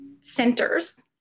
centers